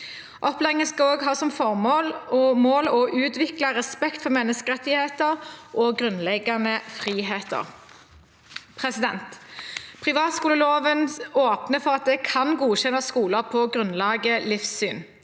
Opplæringen skal også ha som formål og mål å utvikle respekt for menneskerettigheter og grunnleggende friheter. Privatskoleloven åpner for at det kan godkjennes skoler på grunnlaget livssyn.